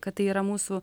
kad tai yra mūsų